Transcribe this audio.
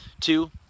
Two